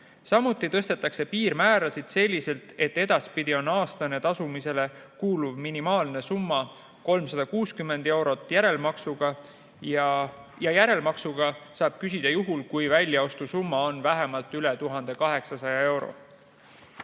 Samuti tõstetakse piirmäärasid selliselt, et edaspidi on aastane tasumisele kuuluv minimaalne summa 360 eurot ja järelmaksu saab küsida juhul, kui väljaostusumma on vähemalt üle 1800 euro.